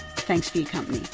thanks for your company